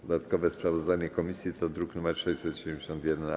Dodatkowe sprawozdanie komisji to druk nr 671-A.